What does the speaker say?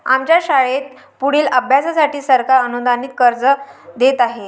आमच्या शाळेत पुढील अभ्यासासाठी सरकार अनुदानित कर्ज देत आहे